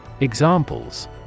Examples